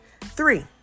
Three